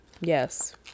Yes